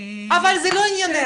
--- אבל זה לא עניינך.